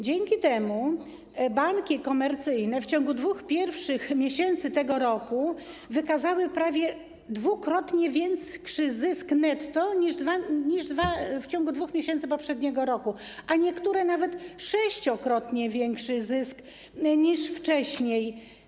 Dzięki temu banki komercyjne w ciągu pierwszych 2 miesięcy tego roku wykazały prawie dwukrotnie większy zysk netto niż w ciągu 2 miesięcy poprzedniego roku, a niektóre nawet sześciokrotnie większy zysk niż wcześniej.